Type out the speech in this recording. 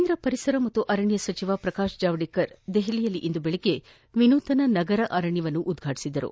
ಕೇಂದ್ರ ಪರಿಸರ ಮತ್ತು ಅರಣ್ಯ ಸಚಿವ ಶ್ರಕಾಶ್ ಜಾವಡೇಕರ್ ದೆಹಲಿಯಲ್ಲಿ ಇಂದು ದೆಳಗ್ಗೆ ವಿನೂತನ ನಗರ ಅರಣ್ಯವನ್ನು ಉದ್ಘಾಟಿಸಿದರು